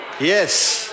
Yes